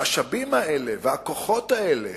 המשאבים האלה והכוחות האלה